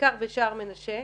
בעיקר בשער מנשה,